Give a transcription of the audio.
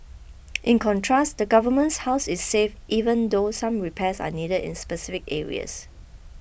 in contrast the government's house is safe even though some repairs are needed in specific areas